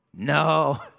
No